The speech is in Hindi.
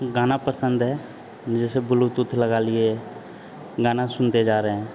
गाना पंसद है जैसे ब्लूतूथ लगा लिए गाना सुनते जा रहे हैं